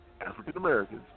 African-Americans